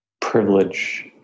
privilege